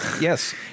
Yes